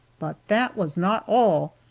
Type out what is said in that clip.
but that was not all!